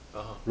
(uh huh)